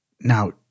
Now